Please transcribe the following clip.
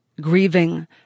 grieving